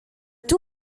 two